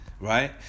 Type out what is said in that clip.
right